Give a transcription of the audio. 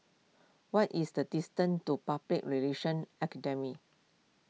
what is the distance to Public Relations Academy